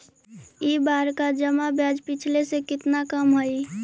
इस बार का जमा ब्याज पिछले से कितना कम हइ